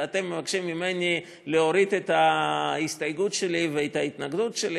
ואתם מבקשים ממני להוריד את ההסתייגות שלי ואת ההתנגדות שלי.